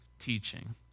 teaching